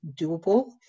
doable